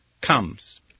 comes